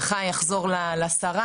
וחי יחזור לשרה,